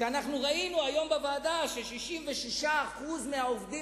וראינו היום בוועדה ש-66% מהעובדים